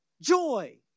joy